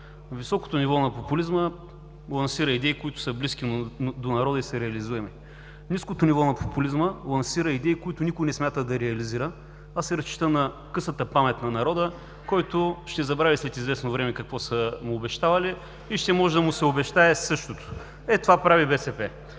високото ниво на популизма лансира идеи, които са близки до народа и са реализуеми. Ниското ниво на популизма лансира идеи, които никой не смята да реализира, а се разчита на късата памет на народа, който ще забрави след известно време какво са му обещавали и ще може да му се обещае същото. Ето това прави БСП.